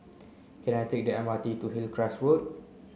can I take the M R T to Hillcrest Road